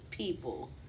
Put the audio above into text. people